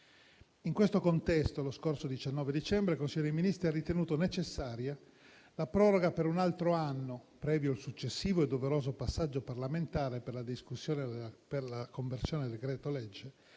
In questo contesto, lo scorso 19 dicembre il Consiglio dei ministri ha ritenuto necessaria la proroga per un altro anno, previo il successivo e doveroso passaggio parlamentare per la conversione del decreto-legge